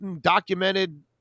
documented –